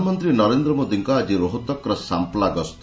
ପ୍ରଧାନମନ୍ତ୍ରୀ ନରେନ୍ଦ୍ର ମୋଦିଙ୍କ ଆଜି ରୋହତକ୍ର ସାମ୍ପ୍ଲା ଗସ୍ତ